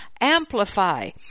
amplify